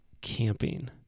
camping